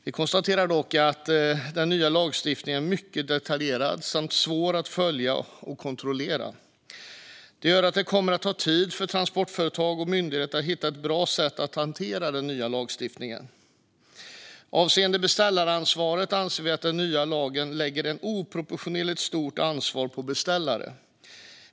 Vi konstaterar dock att den nya lagstiftningen är mycket detaljerad och svår att följa och kontrollera. Detta gör att det kommer att ta tid för transportföretag och myndighet att hitta ett bra sätt att hantera den nya lagstiftningen. Avseende beställaransvaret anser vi att den nya lagen lägger ett oproportionerligt stort ansvar på beställaren.